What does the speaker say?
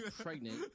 pregnant